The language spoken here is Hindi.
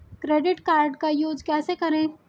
क्रेडिट कार्ड का यूज कैसे करें?